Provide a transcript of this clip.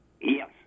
Yes